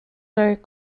very